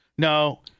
No